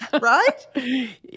Right